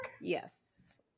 Yes